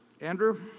Andrew